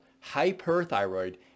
hyperthyroid